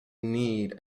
need